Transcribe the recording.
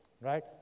right